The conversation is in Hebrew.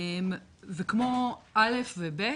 כמו א' ו-ב'